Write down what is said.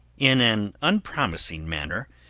in an unpromising manner,